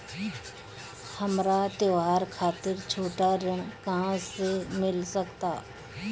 हमरा त्योहार खातिर छोट ऋण कहाँ से मिल सकता?